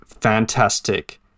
Fantastic